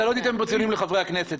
אתה לא תיתן כאן ציונים לחברי הכנסת,